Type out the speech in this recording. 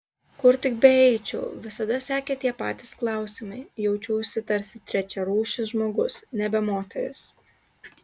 kur tik beeičiau visada sekė tie patys klausimai jaučiausi tarsi trečiarūšis žmogus nebe moteris